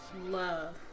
love